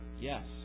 yes